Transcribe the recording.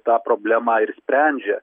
tą problemą ir sprendžia